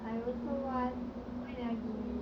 I also want why you never give me